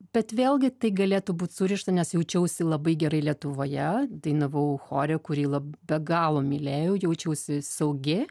bet vėlgi tai galėtų būt surišta nes jaučiausi labai gerai lietuvoje dainavau chore kurį be galo mylėjau jaučiausi saugi